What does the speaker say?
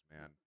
man